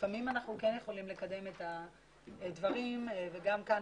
לפעמים אנחנו כן יכולים לקדם את הדברים וגם כאן,